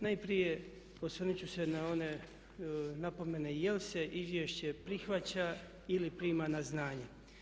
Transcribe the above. Najprije osvrnut ću se na one napomene je li se izvješće prihvaća ili prima na znanje.